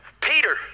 Peter